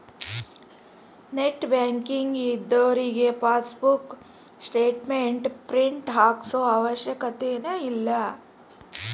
net banking ಇದ್ದೋರಿಗೆ passbook statement print ಹಾಕ್ಸೋ ಅವಶ್ಯಕತೆನ ಇಲ್ಲಾ